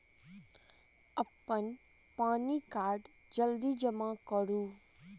अप्पन पानि कार्ड जल्दी जमा करू?